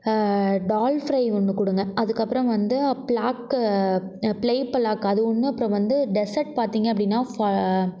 டால் fry ஒன்று கொடுங்க அதுக்கப்புறம் வந்து பிளாக்கு ப்லே பள்ளாக் அது ஒன்று அப்புறம் வந்து டெசர்ட் பார்த்திங்க அப்படின்னா ஃப